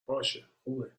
باشهخوبه